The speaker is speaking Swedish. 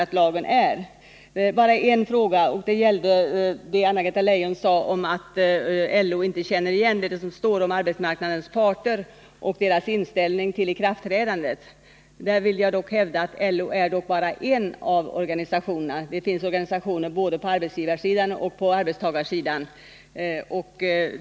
Jag vill bara ta upp en fråga, och den gäller Anna-Greta Leijons uttalande att LO inte känner igen det som står om arbetsmarknadens parter och deras inställning till ikraftträdandet. LO är dock bara en av organisationerna. Det finns andra organisationer på arbetstagarsidan och organisationer på arbetsgivarsidan.